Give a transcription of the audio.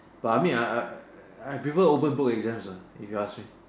but I mean uh I prefer open book exams uh if you ask me